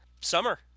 summer